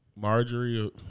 Marjorie